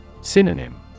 synonym